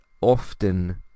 often